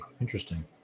Interesting